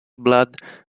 blood